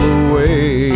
away